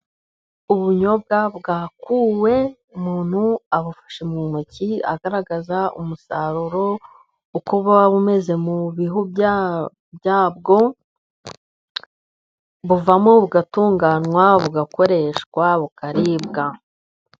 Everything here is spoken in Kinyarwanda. Ubunyobwa bwakuwe umuntu abufashe mu ntoki, agaragaza umusaruro uko buba bumeze mu bihu byabwo, buvamo bugatunganwa, bugakoreshwa bukaribwa.